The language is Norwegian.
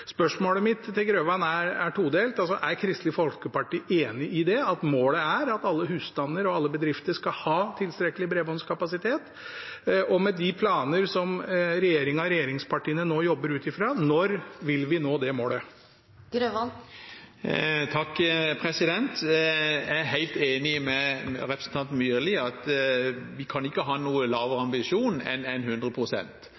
Spørsmålet mitt til Grøvan er todelt. Er Kristelig Folkeparti enig i det, at målet er at alle husstander og alle bedrifter skal ha tilstrekkelig bredbåndskapasitet? Og med de planer som regjeringen og regjeringspartiene nå jobber ut fra: Når vil vi nå det målet? Jeg er helt enig med representanten Myrli i at vi ikke kan ha noen lavere